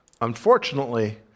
unfortunately